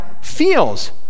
feels